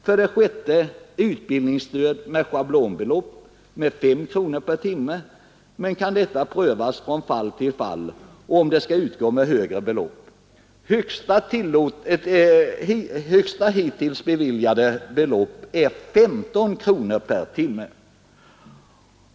För det sjätte kan nu utbildningsstöd utgå med ett schablonbelopp om 5 kronor per timme. Det kan prövas från fall till fall, om det skall utgå med högre belopp. Högsta hittills beviljade belopp är 15 kronor per timme.